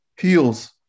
Heels